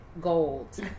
gold